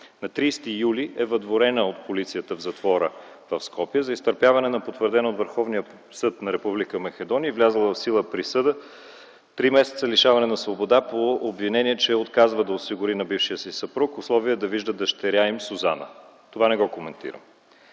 На 30 юли е въдворена от полицията в затвора в Скопие за изтърпяване на потвърдена от Върховния съд на Република Македония и влязла в сила присъда три месеца лишаване от свобода по обвинение, че отказва да осигури на бившия си съпруг условия да вижда дъщеря им Сузана. Това не го коментирам.